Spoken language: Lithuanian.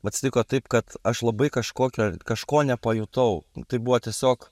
atsitiko taip kad aš labai kažkokio kažko nepajutau tai buvo tiesiog